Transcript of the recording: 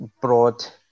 brought